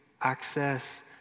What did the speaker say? access